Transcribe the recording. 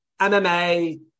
MMA